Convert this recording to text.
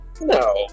No